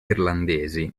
irlandesi